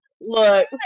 Look